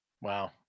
Wow